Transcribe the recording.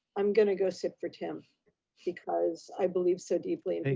i'm gonna go sit for tim because i believe so deeply. i mean